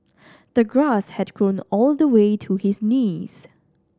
the grass had grown all the way to his knees